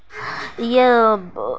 یہ